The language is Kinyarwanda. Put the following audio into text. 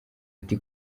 ati